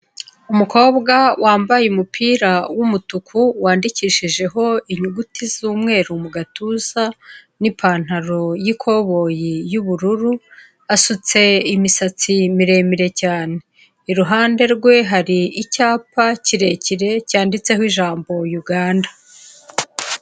Umukobwa wambaye umupira w'umutuku wandikishijeho inyuguti z'umweru mu gatuza n'ipantaro y'ikoboyi y'ubururu, asutse imisatsi miremire cyane. Iruhande rwe hari icyapa kirekire cyanditseho ijambo Uganda.